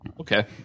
Okay